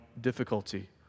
difficulty